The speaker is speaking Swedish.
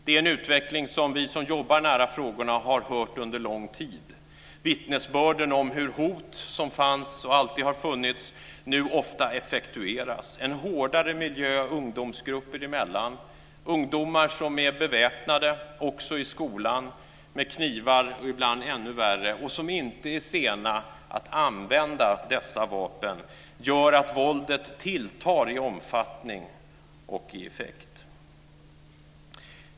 Det är en utveckling som vi som jobbar nära frågorna har hört om under en lång tid. Det är vittnesbörden om hur hot som fanns och alltid har funnits nu ofta effektueras. Det är en hårdare miljö ungdomsgrupper emellan. Det är ungdomar som är beväpnade, också i skolan, med knivar och ibland med ännu värre saker och som inte är sena att använda dessa vapen. Det gör att våldet tilltar i omfattning och i effekt.